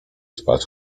spać